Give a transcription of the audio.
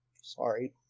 sorry